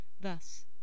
Thus